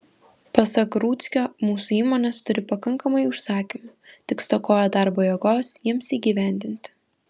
pasak rudzkio mūsų įmonės turi pakankamai užsakymų tik stokoja darbo jėgos jiems įgyvendinti